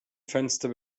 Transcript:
fenster